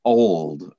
old